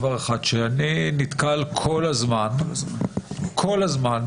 אני נתקל כל הזמן בבקשות,